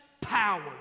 power